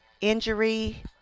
injury